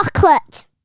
Chocolate